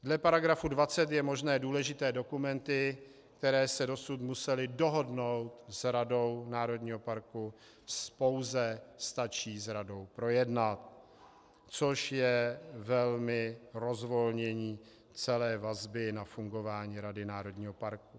Dle § 20 je možné důležité dokumenty, které se dosud musely dohodnout s radou národního parku, pouze je stačí s radou projednat, což je velmi rozvolnění celé vazby na fungování rady národního parku.